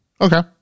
Okay